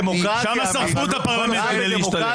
הלא דמוקרטי --- שם שרפו את הפרלמנט כדי להשתלט.